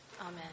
amen